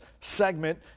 segment